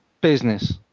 Business